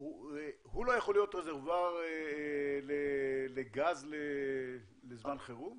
הוא לא יכול להיות רזרוואר לגז לזמן חירום?